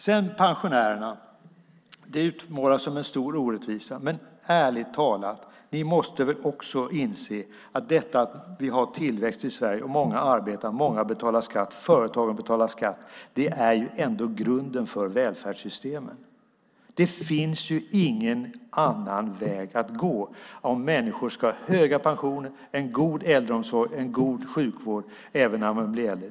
Situationen för pensionärerna utmålas som en stor orättvisa. Men ärligt talat, ni måste väl också inse att detta att vi har tillväxt i Sverige, att många arbetar, att många betalar skatt och att företagen betalar skatt ändå är grunden för välfärdssystemen! Det finns ingen annan väg att gå om människor ska ha höga pensioner, en god äldreomsorg och en god sjukvård även när de blir äldre.